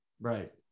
Right